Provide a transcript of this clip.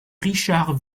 richard